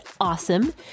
awesome